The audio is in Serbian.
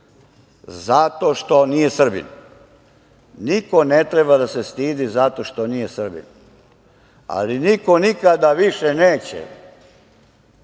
zato što nije Srbin. Niko ne treba da se stidi zato što nije Srbin, ali niko nikada više neće,